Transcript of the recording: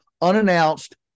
unannounced